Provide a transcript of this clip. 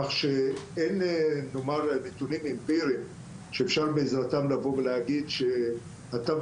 כך שאין נאמר נתונים אמפיריים שאפשר בעזרתם לבוא ולהגיד שהתו